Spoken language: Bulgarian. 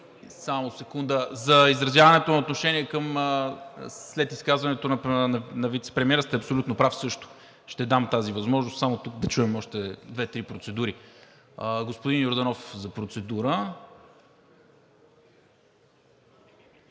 така че… За изразяване на отношение след изказването на вицепремиера сте абсолютно прав също. Ще дам тази възможност, само тук да чуем още две-три процедури. Господин Йорданов – за процедура.